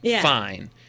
fine